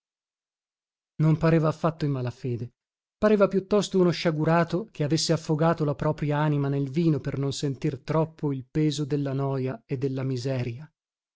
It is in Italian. trantani non pareva affatto in mala fede pareva piuttosto uno sciagurato che avesse affogato la propria anima nel vino per non sentir troppo il peso della noja e della miseria